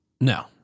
No